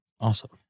Awesome